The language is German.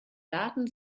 daten